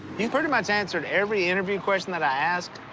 you pretty much answered every interview question that i asked.